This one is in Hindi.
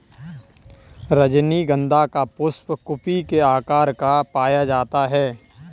रजनीगंधा का पुष्प कुपी के आकार का पाया जाता है